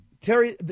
Terry